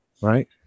right